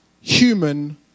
human